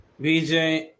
BJ